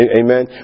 amen